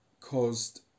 caused